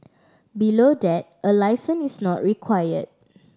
below that a licence is not require